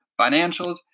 financials